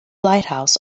lighthouse